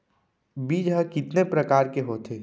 बीज ह कितने प्रकार के होथे?